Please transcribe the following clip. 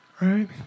right